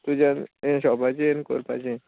तुज्यान हें शॉपाचेर कोरपाचें